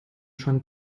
schon